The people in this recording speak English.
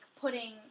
putting